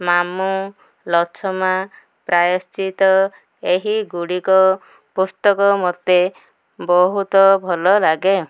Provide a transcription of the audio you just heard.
ମାମୁଁ ଲଛମା ପ୍ରାୟଶ୍ଚିତ ଏହିଗୁଡ଼ିକ ପୁସ୍ତକ ମତେ ବହୁତ ଭଲ ଲାଗେ